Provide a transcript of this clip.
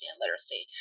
literacy